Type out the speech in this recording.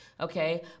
Okay